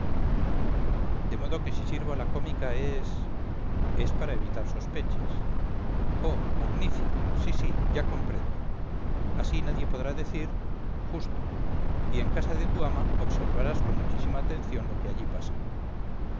de modo que si sirvo a la cómica es es para evitar sospechas oh magnífico sí sí ya comprendo así nadie podrá decir justo y en casa de tu ama observarás con muchísima atención lo que allí pasa